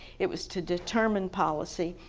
it was to determine policy,